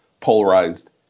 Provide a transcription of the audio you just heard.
polarized